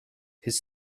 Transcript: his